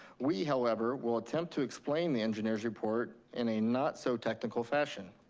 we, however, will attempt to explain the engineer's report in a not so technical fashion.